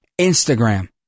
Instagram